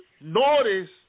notice